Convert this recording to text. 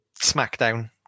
SmackDown